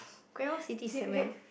Great-World-City is at where